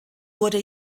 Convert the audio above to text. wurde